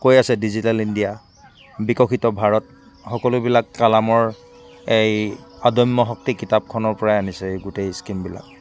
কৈ আছে digital India বিকশিত ভাৰত সকলোবিলাক কালামৰ এই অদম্য শক্তি কিতাপখনৰ পৰাই আনিছে এই গোটেই স্কিমবিলাক